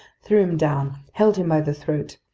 threw him down, held him by the throat.